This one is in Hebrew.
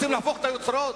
רוצים להפוך את היוצרות?